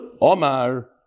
Omar